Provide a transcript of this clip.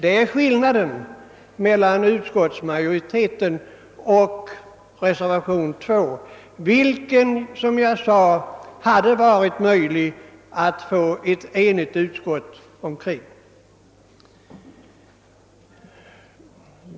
Det är skillnaden mellan utskottsmajoritetens förslag och reservationen 2, och som jag sade hade det varit möjligt att ena utskottet kring denna reservation.